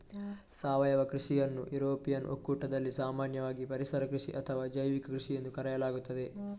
ಸಾವಯವ ಕೃಷಿಯನ್ನು ಯುರೋಪಿಯನ್ ಒಕ್ಕೂಟದಲ್ಲಿ ಸಾಮಾನ್ಯವಾಗಿ ಪರಿಸರ ಕೃಷಿ ಅಥವಾ ಜೈವಿಕ ಕೃಷಿಎಂದು ಕರೆಯಲಾಗುತ್ತದೆ